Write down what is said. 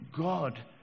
God